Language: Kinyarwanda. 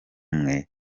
mwe